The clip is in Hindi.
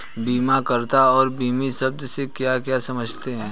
बीमाकर्ता और बीमित शब्द से आप क्या समझते हैं?